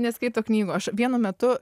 neskaito knygų aš vienu metu